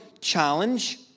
challenge